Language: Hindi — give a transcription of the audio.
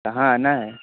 कहाँ आना है